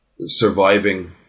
surviving